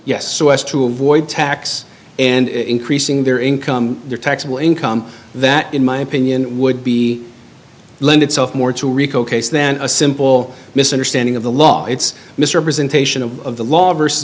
as to avoid tax and increasing their income their taxable income that in my opinion would be lend itself more to rico case then a simple misunderstanding of the law its misrepresentation of the law versus